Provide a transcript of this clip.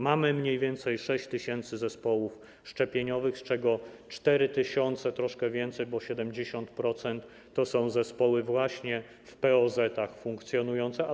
Mamy mniej więcej 6 tys. zespołów szczepieniowych, z czego 4 tys., troszkę więcej, bo 70%, to są zespoły właśnie funkcjonujące w POZ.